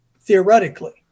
theoretically